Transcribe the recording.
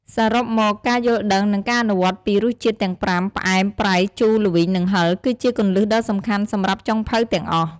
សរុបមក ការយល់ដឹង និងការអនុវត្តពីរសជាតិទាំងប្រាំ ផ្អែម ប្រៃ ជូរ ល្វីង និងហឹរ គឺជាគន្លឹះដ៏សំខាន់សម្រាប់ចុងភៅទាំងអស់។